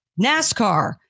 NASCAR